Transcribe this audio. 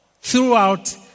throughout